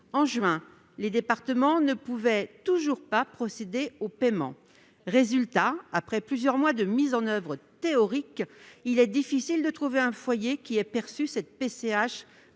de juin, les départements ne pouvaient toujours pas procéder au paiement ! Résultat, après plusieurs mois de mise en oeuvre théorique, il est difficile de trouver un foyer ayant perçu la PCH